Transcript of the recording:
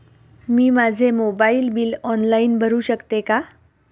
मी माझे mobile bill online भरू शकते का?